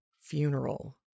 funeral